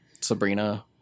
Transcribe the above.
Sabrina